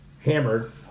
Hammered